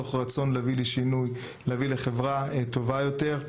מתוך רצון להביא לשינוי ולחברה טובה יותר.